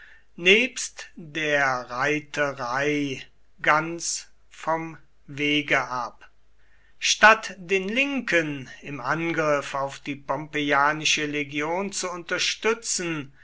nebst der reiterei ganz vom wege ab statt den linken im angriff auf die pompeianische legion zu unterstützen